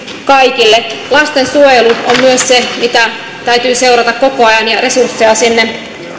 kaikille lastensuojelu on myös se mitä täytyy seurata koko ajan ja resursseja sinne